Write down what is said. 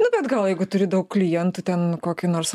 nu bet gal jeigu turi daug klientų ten kokį nors